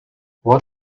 what